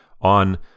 on